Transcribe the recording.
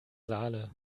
saale